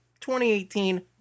2018